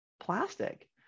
plastic